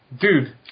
Dude